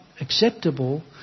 acceptable